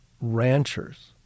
ranchers